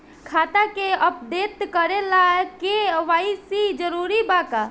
खाता के अपडेट करे ला के.वाइ.सी जरूरी बा का?